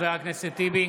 טיבי,